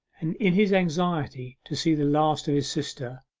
and in his anxiety to see the last of his sister,